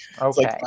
Okay